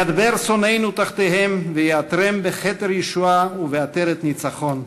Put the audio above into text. ידבר שונאינו תחתיהם ויעטרם בכתר ישועה ובעטרת ניצחון,